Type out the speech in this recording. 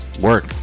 work